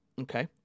Okay